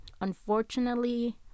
unfortunately